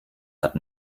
hat